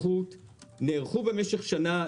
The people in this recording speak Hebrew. נערכו במשך שנה,